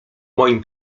moim